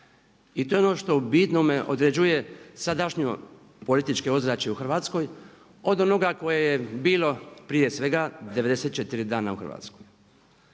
I to je ono što u bitnome određuje sadašnjost političkog ozračja u Hrvatskoj od onoga koje je bilo prije svega 94 dana u Hrvatskoj.